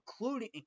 including